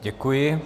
Děkuji.